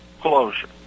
closure